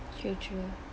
true true